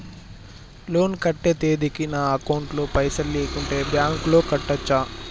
Loan కట్టే తేదీకి నా అకౌంట్ లో పైసలు లేకుంటే బ్యాంకులో కట్టచ్చా?